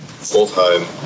full-time